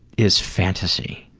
is fantasy.